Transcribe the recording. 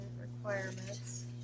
requirements